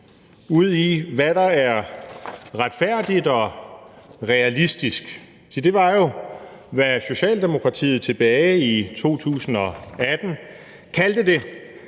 udi, hvad der er retfærdigt og realistisk. Se, det var jo, hvad Socialdemokratiet tilbage i 2018 kaldte det,